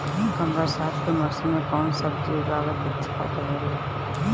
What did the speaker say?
कम बरसात के मौसम में कउन सब्जी उगावल अच्छा रहेला?